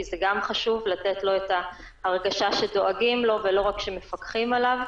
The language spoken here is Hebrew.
כי זה גם חשוב לתת לו את ההרגשה שדואגים לו ולא רק שמפקחים עליו.